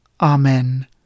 Amen